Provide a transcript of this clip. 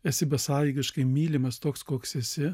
esi besąlygiškai mylimas toks koks esi